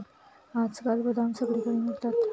आजकाल बदाम सगळीकडे मिळतात